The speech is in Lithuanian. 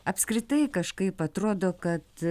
apskritai kažkaip atrodo kad